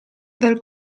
dal